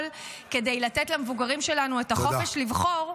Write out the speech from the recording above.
כדי לתת למבוגרים שלנו את החופש לבחור -- תודה.